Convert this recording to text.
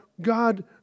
God